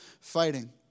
fighting